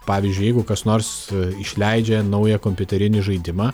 pavyzdžiui jeigu kas nors išleidžia naują kompiuterinį žaidimą